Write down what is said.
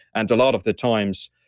and a lot of the times,